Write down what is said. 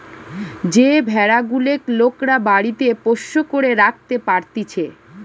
যে ভেড়া গুলেক লোকরা বাড়িতে পোষ্য করে রাখতে পারতিছে